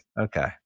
Okay